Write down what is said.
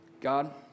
God